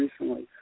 recently